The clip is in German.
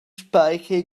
speiche